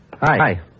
Hi